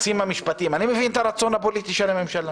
אני מבין את הרצון הפוליטי של הממשלה